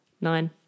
nine